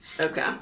Okay